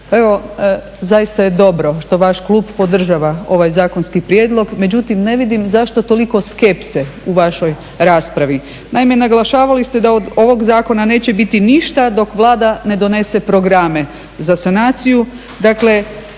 Lesar, zaista je dobro što vaš klub podržava ovaj zakonski prijedlog, međutim ne vidim zašto toliko skepse u vašoj raspravi. Naime, naglašavali ste da od ovog zakona neće biti ništa dok Vlada ne donese programe za sanaciju.